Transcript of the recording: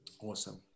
Awesome